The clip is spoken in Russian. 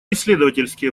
исследовательские